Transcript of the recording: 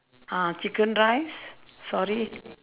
ah chicken rice sorry